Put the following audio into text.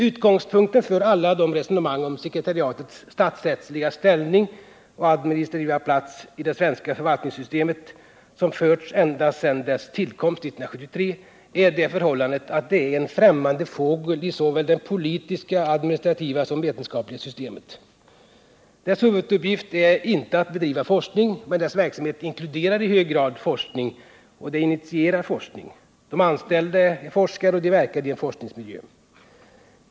Utgångspunkten för alla de resonemang om sekretariatets statsrättsliga ställning och administrativa plats i det svenska förvaltningssystemet som förts ända sedan dess tillkomst 1973 är det förhållandet att sekretariatet är en främmande fågel i såväl det politiska, administrativa som vetenskapliga systemet. Dess huvuduppgift är inte att bedriva forskning, men dess verksamhet inkluderar i hög grad forskning, och sekretariatet initierar forskning. De anställda är forskare, och de verkar i en forskningsmiljö.